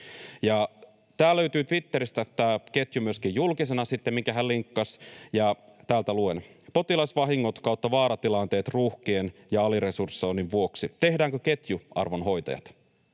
löytyy Twitteristä myöskin julkisena, ja täältä luen: ”Potilasvahingot/vaaratilanteet ruuhkien ja aliresursoinnin vuoksi. Tehdäänkö ketju, arvon hoitajat?”